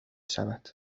شود